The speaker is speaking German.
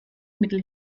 mittel